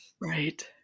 Right